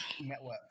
network